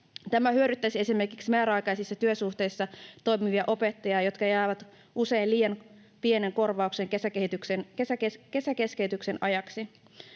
Tämä hyödyttäisi esimerkiksi määräaikaisissa työsuhteissa toimivia opettajia, jotka saavat usein liian pienen korvauksen kesäkeskeytyksen ajaksi.